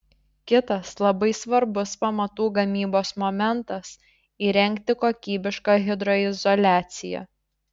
kitas labai svarbus pamatų gamybos momentas įrengti kokybišką hidroizoliaciją